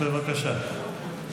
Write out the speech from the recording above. תודה רבה.